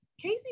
Casey